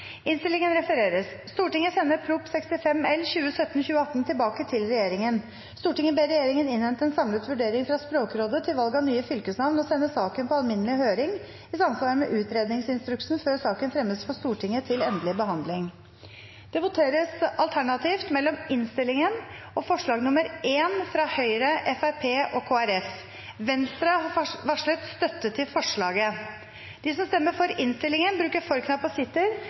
innstillingen. Den er ganske kort og lyder følgende: «Stortinget sender Prop. 65 L tilbake til regjeringen. Stortinget ber regjeringen innhente en samlet vurdering fra Språkrådet til valg av nye fylkesnavn og sende saken på alminnelig høring i samsvar med utredningsinstruksen før saken fremmes for Stortinget til endelig behandling.» Det betyr ikke at vi ønsker å overkjøre fylkespolitikerne. Det betyr ikke at vi har foreslått nye navn i salen i dag. Det betyr ikke at vi ikke skal lytte til